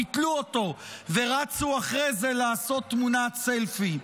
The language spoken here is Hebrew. ביטלו אותו ורצו אחרי זה לעשות תמונת סלפי.